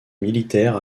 militaire